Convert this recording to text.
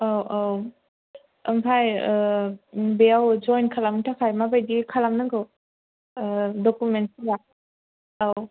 औ औ ओमफ्राय बेयाव जइन खालामनो थाखाय माबायदि खालामनांगौ दकुमेन्ट्सफोरा